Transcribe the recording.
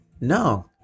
No